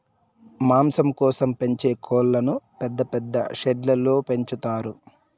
మాంసం కోసం పెంచే కోళ్ళను పెద్ద పెద్ద షెడ్లలో పెంచుతారు